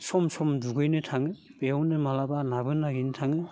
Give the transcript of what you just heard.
सम सम दुगैनो थाङो बेयावनो माब्लाबा नाबो नागिरनो थाङो